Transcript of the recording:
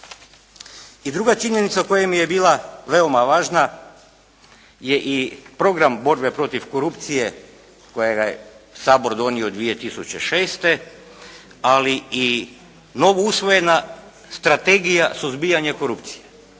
I druga činjenica koja mi je bila veoma važna je i program borbe protiv korupcije kojega je Sabor donio 2006. ali i novousvojena strategija suzbijanja korupcije